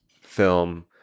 film